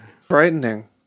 Frightening